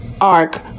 arc